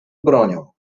bronią